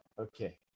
Okay